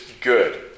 good